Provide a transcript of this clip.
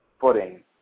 footing